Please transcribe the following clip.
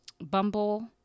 bumble